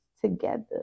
together